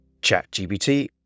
ChatGPT